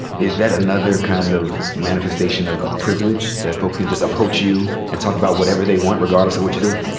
is that another kind of manifestation of of privilege, that folks can just approach you and talk about whatever they want regardless of what you're doin'?